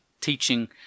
Teaching